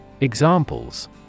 Examples